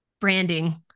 branding